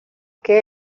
que